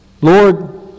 Lord